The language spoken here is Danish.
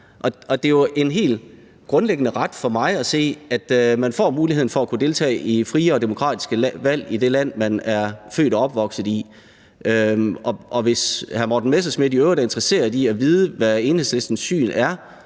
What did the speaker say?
Det er en helt grundlæggende ret for mig at se, at man får muligheden for at deltage i frie og demokratiske valg i det land, man er født og opvokset i. Hvis hr. Morten Messerschmidt i øvrigt er interesseret i at vide, hvad Enhedslistens syn er